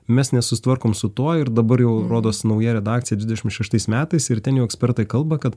mes nesusitvarkom su tuo ir dabar jau rodos nauja redakcija dvidešimt šeštais metais ir ten jau ekspertai kalba kad